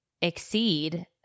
exceed